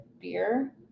beer